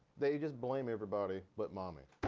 they just blame everybody but mommy.